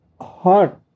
Heart